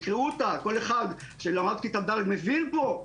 כל אחד מבין פה.